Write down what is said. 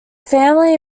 family